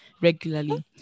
regularly